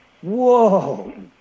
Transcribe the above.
Whoa